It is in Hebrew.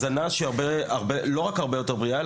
הזנה שלא רק הרבה יותר בריאה,